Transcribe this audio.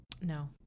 No